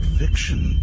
fiction